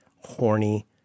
horny